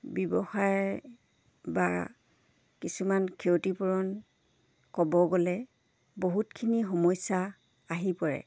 ব্যৱসায় বা কিছুমান ক্ষতিপূৰণ ক'ব গ'লে বহুতখিনি সমস্যা আহি পৰে